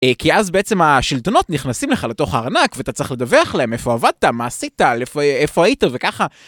כי אז בעצם השלטונות נכנסים לך לתוך הארנק ואתה צריך לדווח להם איפה עבדת, מה עשית, איפה היית וככה.